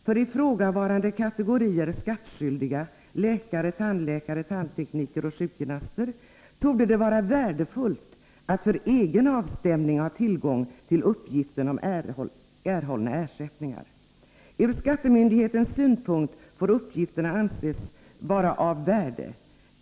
För ifrågavarande kategorier skattskyldiga — läkare, tandläkare, tandtekniker och sjukgymnaster — torde det vara värdefullt att för egen avstämning ha tillgång till uppgiften om erhållna ersättningar. Ur skattemyndighetens synpunkt får uppgifterna också anses vara av värde.